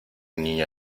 niña